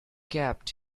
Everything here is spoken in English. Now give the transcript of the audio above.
kept